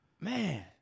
Man